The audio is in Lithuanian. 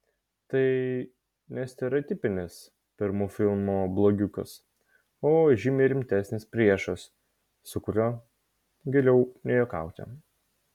tai ne stereotipinis pirmų filmų blogiukas o žymiai rimtesnis priešas su kuriuo geriau nejuokauti